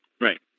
Right